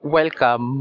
Welcome